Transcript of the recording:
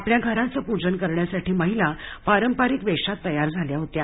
आपल्या घराचं पूजन करण्यासाठी महिला पारंपरिक वेषात तयार झाल्या होत्या